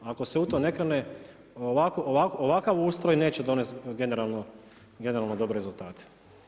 Ako se u to ne krene ovakav ustroj neće donesti generalno dobre rezultate.